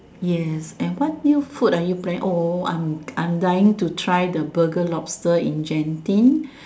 yes and what new food are you planning oh I am I am dying to try the Burger lobster in Genting